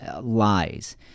lies